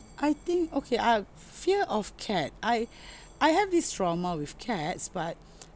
I think okay I fear of cat I I have this trauma with cats but